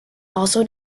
also